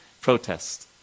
protest